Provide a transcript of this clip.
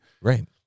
right